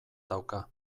dauka